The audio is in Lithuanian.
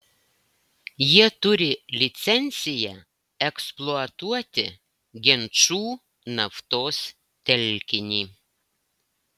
jie turi licenciją eksploatuoti genčų naftos telkinį